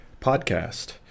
Podcast